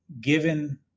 given